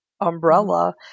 umbrella